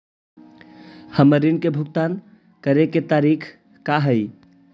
हमर ऋण के भुगतान करे के तारीख का हई?